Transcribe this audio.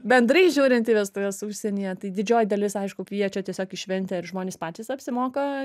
bendrai žiūrint į vestuves užsienyje tai didžioji dalis aišku kviečia tiesiog į šventę ir žmonės patys apsimoka